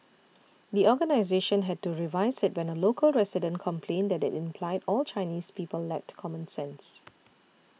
the organisation had to revise it when a local resident complained that it implied all Chinese people lacked common sense